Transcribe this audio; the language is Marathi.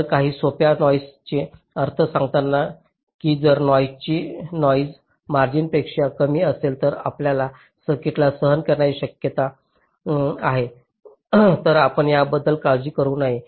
तर काही सोप्या नॉईसाचे अर्थ सांगतात की जर नॉईसाची नॉईस मार्जिनपेक्षा कमी असेल जी आपल्या सर्किटला सहन करण्याची शक्यता आहे तर आपण त्याबद्दल काळजी करू नये